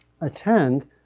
attend